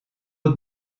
het